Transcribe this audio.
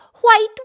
white